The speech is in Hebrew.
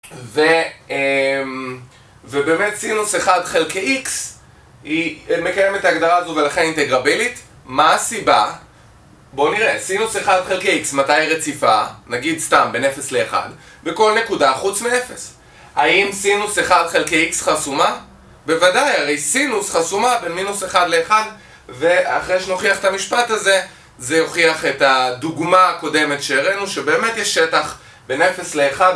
ובאמת סינוס 1 חלקי איקס, מקיים את ההגדרה הזו ולכן אינטגרבילית מה הסיבה? בואו נראה, סינוס 1 חלקי איקס מתי היא רציפה? נגיד סתם, בין 0 ל-1 בכל נקודה חוץ מ-0 האם סינוס 1 חלקי איקס חסומה? בוודאי, הרי סינוס חסומה בין מינוס 1 ל-1 ואחרי שנוכיח את המשפט הזה זה יוכיח את הדוגמה הקודמת שהראינו שבאמת יש שטח בין 0 ל-1.